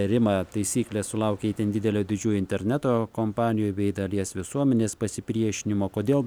rima taisyklės sulaukė itin didelio didžiųjų interneto kompanijų bei dalies visuomenės pasipriešinimo kodėl